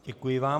Děkuji vám.